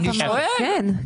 כן.